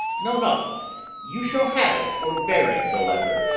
no, no you shall have it for bearing the letter.